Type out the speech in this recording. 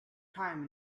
time